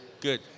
Good